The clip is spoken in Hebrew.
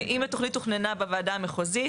אם התוכנית תוכננה בוועדה המחוזית